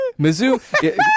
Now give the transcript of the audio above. Mizzou